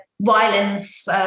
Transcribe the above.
violence